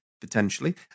potentially